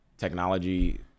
Technology